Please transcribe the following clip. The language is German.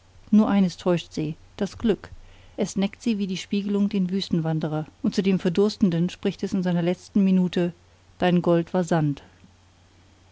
nur eines täuscht sie das glück es neckt sie wie die spiegelung den wüstenwanderer und zu dem verdurstenden spricht es in seiner letzten minute dein gold